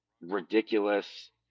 ridiculous